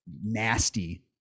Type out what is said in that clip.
nasty